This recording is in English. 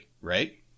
right